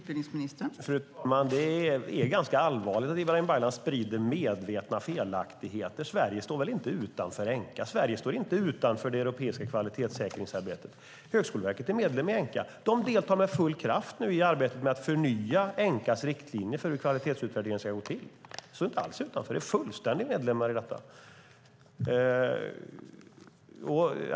Fru talman! Det är ganska allvarligt att Ibrahim Baylan sprider medvetna felaktigheter. Sverige står inte utanför Enqa. Sverige står inte utanför det europeiska kvalitetssäkringsarbetet. Högskoleverket är medlem i Enqa. Man deltar med full kraft i arbetet med att förnya Enqas riktlinjer för hur kvalitetsutvärdering ska gå till. Vi står inte alls utanför; vi är fullvärdiga medlemmar.